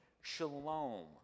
shalom